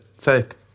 take